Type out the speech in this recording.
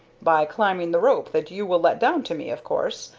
by climbing the rope that you will let down to me, of course,